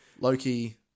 Loki